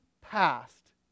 past